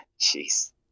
Jeez